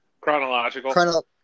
chronological